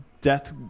death